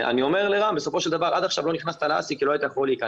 שבסופו של דבר עד עכשיו לא נכנסת ל-האסי כי לא יכולת להיכנס.